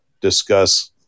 discuss